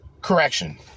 Correction